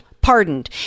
Pardoned